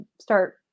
start